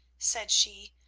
said she,